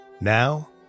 Now